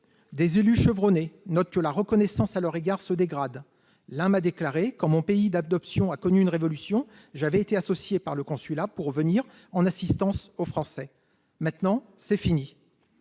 Des élus chevronnés notent que la reconnaissance à leur égard se dégrade. L'un m'a ainsi déclaré :« Quand mon pays d'adoption avait connu une révolution, j'avais été associé aux efforts du consulat pour venir en assistance aux Français. Maintenant, c'est fini